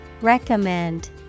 Recommend